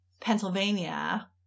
Pennsylvania